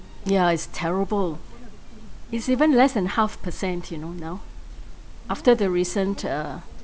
yeah it's terrible it's even less than half percent you know now after the recent uh